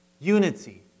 Unity